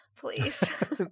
please